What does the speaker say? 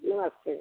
नमस्ते